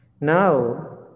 Now